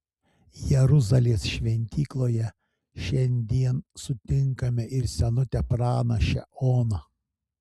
jeruzalės šventykloje šiandien sutinkame ir senutę pranašę oną